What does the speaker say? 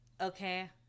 okay